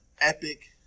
epic